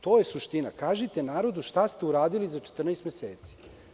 To je suština – kažite narodu šta ste uradili za 14 meseci.